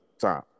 time